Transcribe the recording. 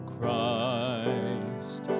Christ